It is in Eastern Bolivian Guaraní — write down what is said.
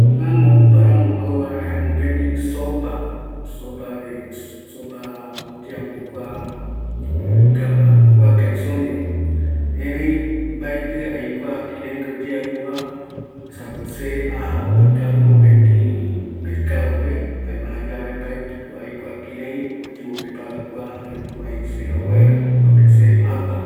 Aramo oparamo jauva mopeti sopa, sopa kua sopa oyeapo guaca iso ndive va, erei mbaeti aikua kiraiko oyeapova, esako se aja akaru mopetï mercado pe, jayave mbaetiko aikua kirai oyembo prepara kua, jare kurai se jauvaera esa se agua